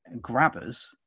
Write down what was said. grabbers